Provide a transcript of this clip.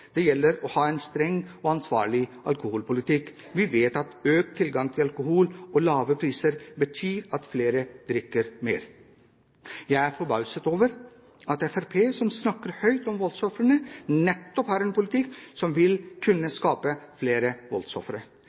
Det gjelder å ha en streng og ansvarlig alkoholpolitikk. Vi vet at økt tilgang på alkohol og lave priser betyr at flere drikker mer. Jeg er forbauset over at Fremskrittspartiet, som snakker høyt om voldsofrene, nettopp har en politikk som vil kunne skape flere voldsofre.